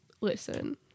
listen